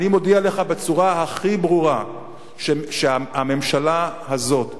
אני מודיע לך בצורה הכי ברורה שהממשלה הזאת כרגע,